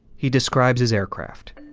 he describes his aircraft